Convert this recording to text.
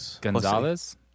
Gonzalez